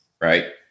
right